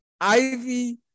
Ivy